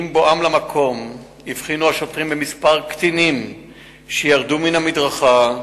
עם בואם למקום הבחינו השוטרים במספר קטינים שירדו מן המדרכה,